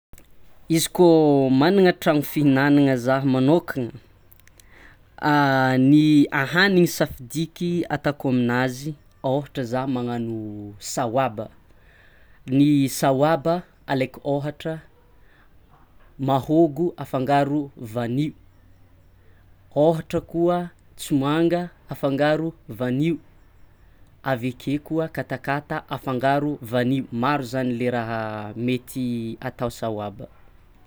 Izy koa manana trano fihinana za magnokana, ny ahanina safidiky ataoko aminazy ohatra za magnano saoaba, ny saoaba alaiko ohatra mahôgo afangaro vanio, ohatra koa tsomanga afangaro vanio, avekeo koa katakata afangaro vanio; maro zany le raha mety atao saoaba.